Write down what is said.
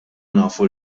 nafu